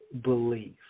belief